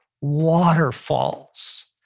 waterfalls